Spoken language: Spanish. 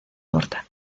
corta